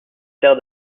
terre